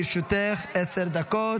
בבקשה, לרשותך עשר דקות.